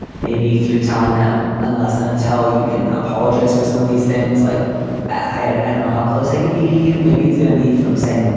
maybe through telling them unless and until you can apologize for some of these things like i had, i don't know how close i can be to you. maybe it's gonna be from saying, look,